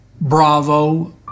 bravo